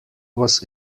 was